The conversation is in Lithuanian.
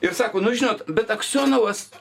ir sako nu žinot bet aksionovas